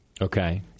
Okay